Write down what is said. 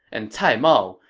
and cai mao,